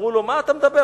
אמרו לו: מה אתה מדבר?